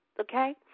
okay